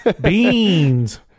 beans